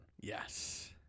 Yes